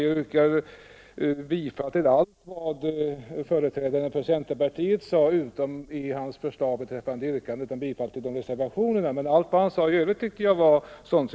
Jag instämmer i allt vad företrädaren för centerpartiet sade, utom i hans yrkande om bifall till reservationerna.” Men det är jag glad över.